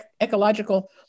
ecological